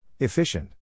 Efficient